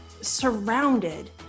surrounded